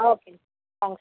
ஆ ஓகேண்ணா தேங்க்ஸ்